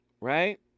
Right